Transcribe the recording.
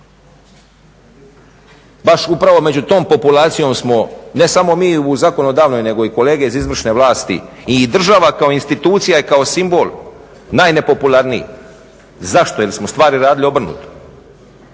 Baš upravo među tom populacijom smo ne samo mi u zakonodavnoj nego i kolege iz izvršne vlasti i država kao institucija i kao simbol najnepopularniji. Zašto? Jel smo stvari radili obrnuto.